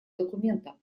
документа